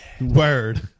Word